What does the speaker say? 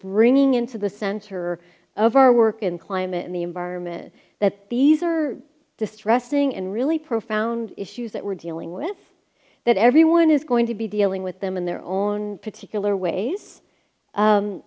bringing into the center of our work and climate in the environment that these are distressing and really profound issues that we're dealing with that everyone is going to be dealing with them in their own particular ways